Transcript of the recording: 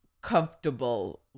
comfortable